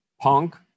punk